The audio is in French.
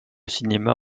cinéma